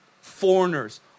foreigners